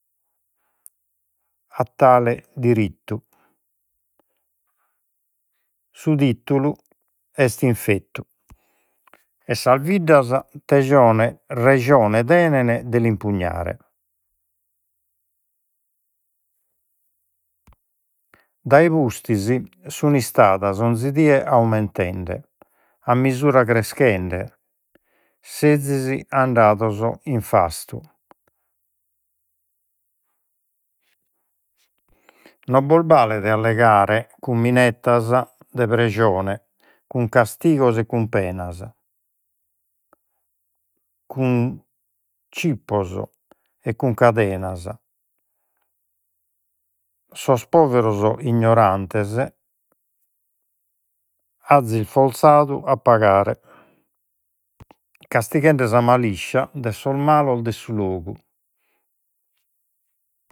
A tale dirittu, su titulu est infettu, e sas biddas reione tenen de l'impugnare. Dae pustis sun istadas ogni die aumentende, a misura creschende, sezis andados in, non bos balet allegare cun minettas de prejone, cun gastigos e cun penas, cun cippos e cun cadenas, sos poveros ignorantes azis forzadu a pagare. Castighende sa maliscia de sos malos de su logu